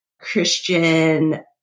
Christian